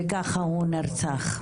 וכך הוא נרצח.